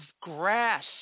grass